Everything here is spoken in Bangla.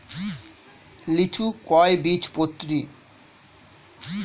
লিচু কয় বীজপত্রী?